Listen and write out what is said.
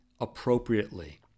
appropriately